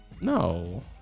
No